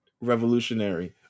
revolutionary